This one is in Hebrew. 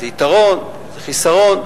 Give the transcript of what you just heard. ויש לזה יתרון ויש לזה חיסרון: